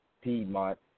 Piedmont